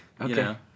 Okay